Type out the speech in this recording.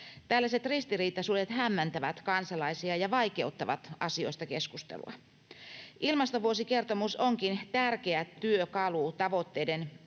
Tällaiset ristiriitaisuudet hämmentävät kansalaisia ja vaikeuttavat asioista keskustelua. Ilmastovuosikertomus onkin tärkeä työkalu tavoitteiden arvioinnin